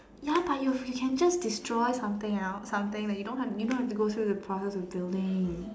ya but you you can just destroy something else something you don't you don't have to go through the process of building